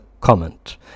comment